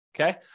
okay